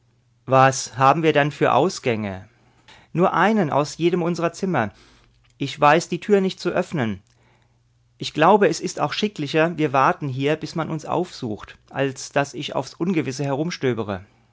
was haben wir denn für ausgänge nur einen aus jedem unserer zimmer ich weiß die tür nicht zu öffnen ich glaube es ist auch schicklicher wir warten hier bis man uns aufsucht als daß ich aufs ungewisse herumstöbere